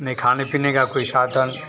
नहीं खाने पीने का साधन